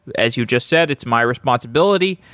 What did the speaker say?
as you just said, it's my responsibility.